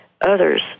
Others